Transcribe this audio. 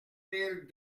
mille